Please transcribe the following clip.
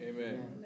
Amen